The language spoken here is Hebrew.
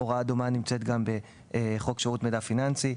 הוראה דומה נמצאת גם בחוק שירות מידע פיננסי.